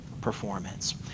performance